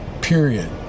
Period